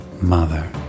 mother